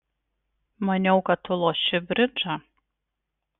maniau kad tu loši bridžą